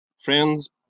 friends